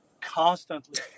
constantly